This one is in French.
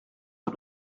sur